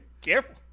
Careful